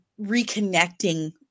reconnecting